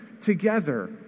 together